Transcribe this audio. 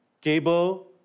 cable